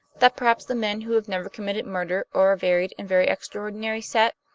that perhaps the men who have never committed murder are a varied and very extraordinary set?